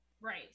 Right